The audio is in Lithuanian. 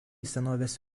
senovės